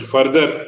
Further